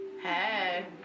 Hey